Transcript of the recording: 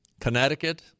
Connecticut